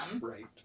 right